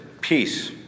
peace